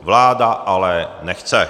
Vláda ale nechce.